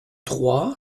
trois